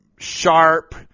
sharp